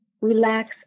relax